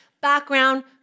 background